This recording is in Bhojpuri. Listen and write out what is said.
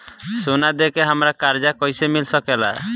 सोना दे के हमरा कर्जा कईसे मिल सकेला?